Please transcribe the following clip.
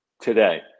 Today